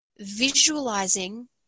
visualizing